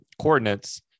coordinates